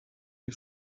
den